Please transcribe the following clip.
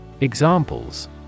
Examples